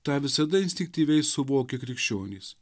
tą visada instinktyviai suvokia krikščionys